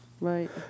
Right